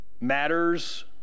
matters